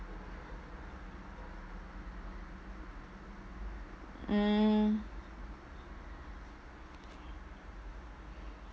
mm